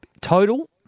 total